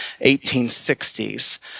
1860s